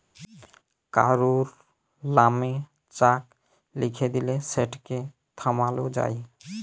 কারুর লামে চ্যাক লিখে দিঁলে সেটকে থামালো যায়